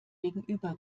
gegenüber